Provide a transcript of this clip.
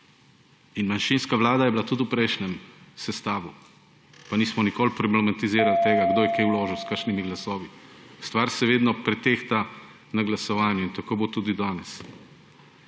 Manjšinska vlada je bila tudi v prejšnjem sestavu, pa nismo nikoli problematizirali tega, kdo je kaj vložil, s kakšnimi glasovi. Stvar se vedno pretehta na glasovanju in tako bo tudi danes.